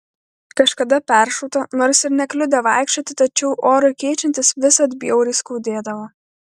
kažkada peršauta nors ir nekliudė vaikščioti tačiau orui keičiantis visad bjauriai skaudėdavo